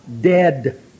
dead